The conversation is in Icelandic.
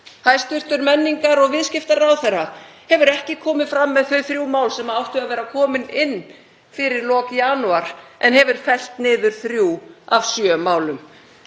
Hæstv. menningar- og viðskiptaráðherra hefur ekki komið fram með þau þrjú mál sem áttu að vera komin inn fyrir lok janúar en hefur fellt niður þrjú af sjö málum.